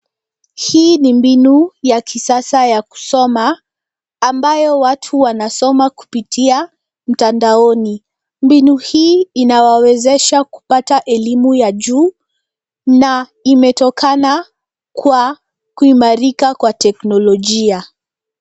Hii ni mbinu ya kisasa ya kusoma ambayo watu wanasoma kupitia mtandaoni. Mbinu hii inawawezesha kupata elimu ya juu na imetokana kwa kuimarika kwa teknolojia.